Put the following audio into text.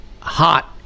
hot